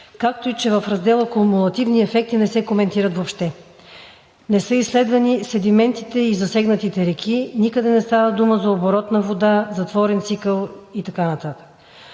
както и че в раздела „Кумулативни ефекти“ не се коментират въобще. Не са изследвани седиментите и засегнатите реки, никъде не става дума за оборотна вода, за затворен цикъл и така